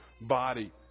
body